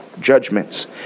judgments